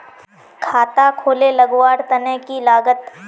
खाता खोले लगवार तने की लागत?